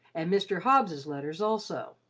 and mr. hobbs's letters also.